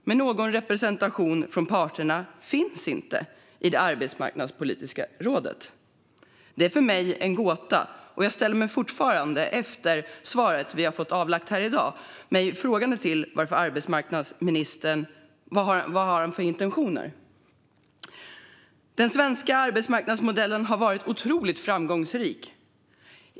Men någon representation från parterna finns inte i det arbetsmarknadspolitiska rådet. Det är för mig en gåta, och efter svaret här i dag ställer jag mig fortfarande frågande till vad arbetsmarknadsministern har för intentioner. Den svenska arbetsmarknadsmodellen har varit otroligt framgångsrik.